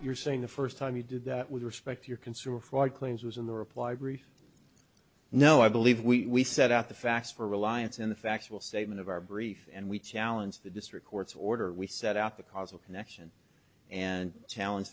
your saying the first time you did that with respect to your consumer fraud claims was in the reply brief no i believe we set out the facts for reliance in the factual statement of our brief and we challenge the district court's order we set out the causal connection and challenge